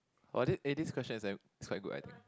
!wah! this eighteenth question is like is quite good I think